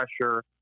pressure